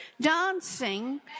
dancing